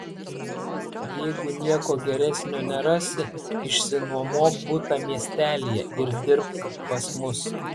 jeigu nieko geresnio nerasi išsinuomok butą miestelyje ir dirbk pas mus